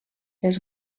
els